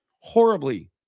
Horribly